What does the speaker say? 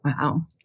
Wow